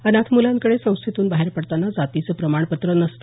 अनाथ मुलांकडे संस्थेतून बाहेर पडताना जातीचे प्रमाणपत्र नसते